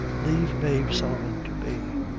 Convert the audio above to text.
lave mave sullivan to me!